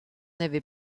avait